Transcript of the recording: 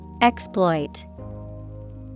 Exploit